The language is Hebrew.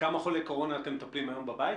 בכמה חולי קורונה היום אתם מטפלים בבית?